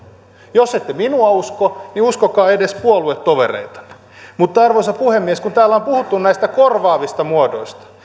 jos ette minua usko uskokaa edes puoluetovereitanne arvoisa puhemies kun täällä on puhuttu näistä korvaavista muodoista